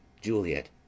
Juliet